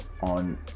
on